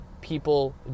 people